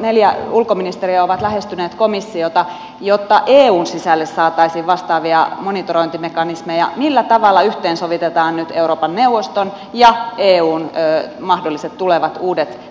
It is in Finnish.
neljä ulkoministeriä on lähestynyt komissiota jotta eun sisälle saataisiin vastaavia monitorointimekanismeja millä tavalla yhteen sovitetaan nyt euroopan neuvoston ja eun mahdolliset tulevat uudet mekanismit